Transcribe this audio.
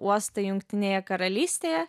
uostą jungtinėje karalystėje